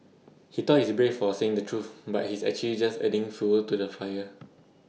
he thought he's brave for saying the truth but he's actually just adding fuel to the fire